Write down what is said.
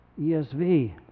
ESV